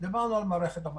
דיברנו על מערכת המס.